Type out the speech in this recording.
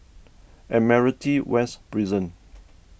Admiralty West Prison